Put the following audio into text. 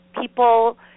people